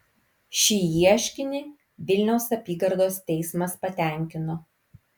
šį ieškinį vilniaus apygardos teismas patenkino